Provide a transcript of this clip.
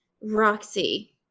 Roxy